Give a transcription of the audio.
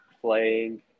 playing